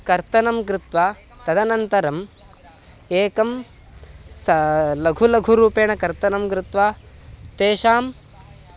कर्तनं कृत्वा तदनन्तरम् एकं स लघुलघुरूपेण कर्तनं कृत्वा तेषां